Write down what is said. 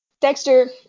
Dexter